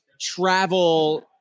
travel